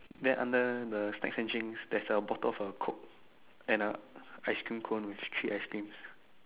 then under the snacks and drinks there's a bottle of a coke and a ice cream cone with three ice creams